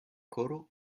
koro